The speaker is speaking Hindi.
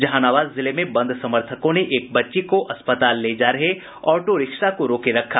जहानाबाद जिले में बंद समर्थकों ने एक बच्ची को अस्पताल ले जा रहे ऑटो रिक्शा को रोके रखा